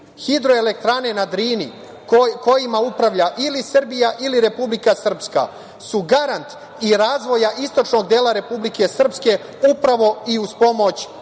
Hidroelektrane na Drini, kojima upravlja ili Srbija ili Republike Srpska, su garant i razvoja istočnog dela Republike Srpske, upravo i uz pomoć